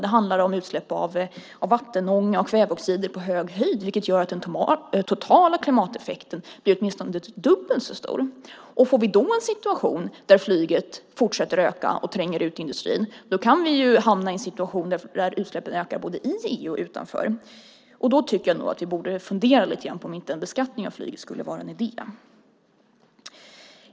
Det handlar om utsläpp av vattenånga och kväveoxider på hög höjd, vilket gör att den totala klimateffekten blir åtminstone dubbelt så stor. Om flyget då fortsätter att öka och tränger ut industrin kan vi hamna i en situation där utsläppen ökar både i och utanför EU. Därför tycker jag att vi borde fundera på om inte en beskattning av flyget vore en idé.